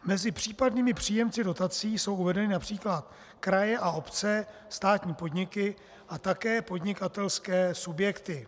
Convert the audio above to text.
Mezi případnými příjemci dotací jsou uvedeny například kraje a obce, státní podniky a také podnikatelské subjekty.